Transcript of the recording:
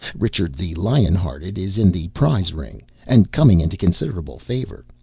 richard the lion-hearted is in the prize ring, and coming into considerable favor.